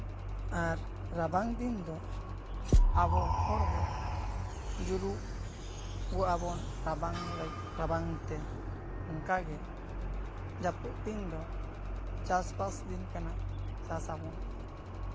ᱟᱨ ᱨᱟᱵᱟᱝ ᱫᱤᱱ ᱫᱚ ᱟᱵᱚ ᱦᱚᱲ ᱫᱚ ᱡᱩᱨᱩᱜ ᱜᱚᱣᱟᱜ ᱵᱚᱱ ᱨᱟᱵᱟᱝ ᱛᱮ ᱚᱱᱠᱟᱜᱮ ᱡᱟᱹᱯᱩᱫ ᱫᱤᱱ ᱫᱚ ᱪᱟᱥᱼᱵᱟᱥ ᱫᱤᱱ ᱠᱟᱱᱟ ᱪᱟᱥᱼᱟᱵᱚᱱ